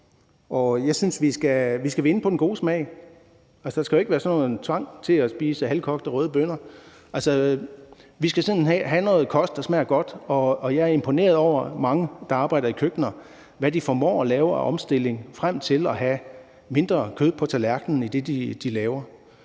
vi skal vinde på den gode smag. Altså, der skal ikke være nogen tvang til at spise halvkogte røde bønner. Vi skal have noget kost, der smager godt, og jeg er imponeret over, hvad mange, der arbejder i køkkener, formår at lave af omstilling i forhold til at have mindre kød på tallerkenen. Så jeg er